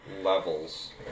levels